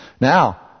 Now